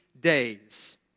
days